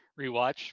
rewatch